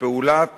פעולת